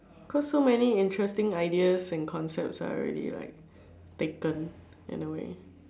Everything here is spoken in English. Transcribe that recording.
cause so many interesting ideas and concepts are already like taken in a way